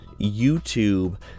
YouTube